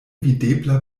videbla